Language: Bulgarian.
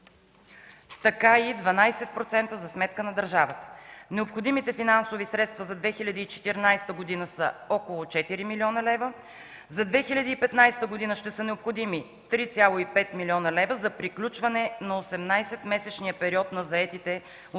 така и 12% за сметка на държавата. Необходимите финансови средства за 2014 г. са около 4 млн. лв. За 2015 г. ще са необходими 3,5 млн. лв. за приключване на 18-месечния период на заетите от предходната